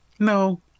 No